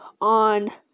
on